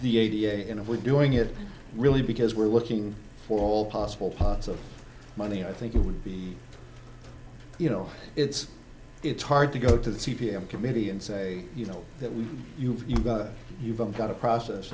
f and if we're doing it really because we're looking for all possible pots of money i think it would be you know it's it's hard to go to the c p m committee and say you know that we've you've you've got you've got a process